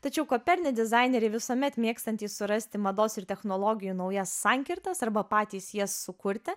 tačiau koperni dizaineriai visuomet mėgstantys surasti mados ir technologijų naujas sankirtas arba patys jas sukurti